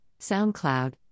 SoundCloud